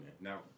Now